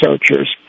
researchers